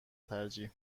ترجیح